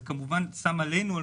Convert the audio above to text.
זה כמובן שם עלינו,